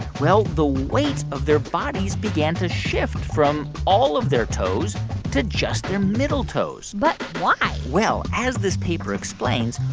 well, the weight of their bodies began to shift from all of their toes to just their middle toes but why? well, as this paper explains,